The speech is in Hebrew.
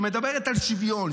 שמדברת על שוויון,